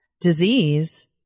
disease